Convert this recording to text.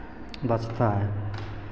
बचता है